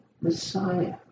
Messiah